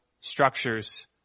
structures